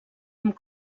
amb